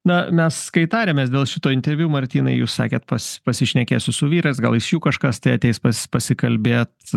na mes kai tarėmės dėl šito interviu martynai jūs sakėt pas pasišnekėsiu su vyrais gal iš jų kažkas tai ateis pas pasikalbėt